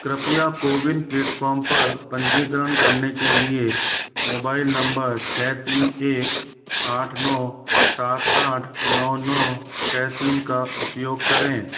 कृपया कोविन प्लेटफ़ॉर्म पर पंजीकरण करने के लिए मोबाइल नंबर छः तीन एक आठ नौ सात आठ नौ नौ छः तीन का उपयोग करें